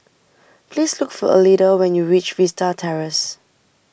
please look for Alida when you reach Vista Terrace